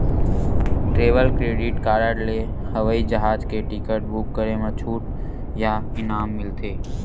travel credit card ले हवई जहाज के टिकट बूक करे म छूट या इनाम मिलथे